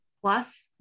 plus